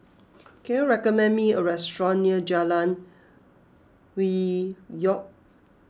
can you recommend me a restaurant near Jalan Hwi Yoh